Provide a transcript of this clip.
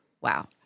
Wow